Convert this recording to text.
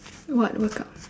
what workouts